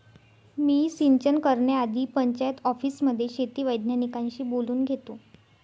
मी सिंचन करण्याआधी पंचायत ऑफिसमध्ये शेती वैज्ञानिकांशी बोलून घेतो